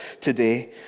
today